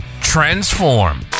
Transform